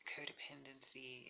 Codependency